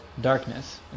darkness